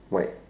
white